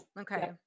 Okay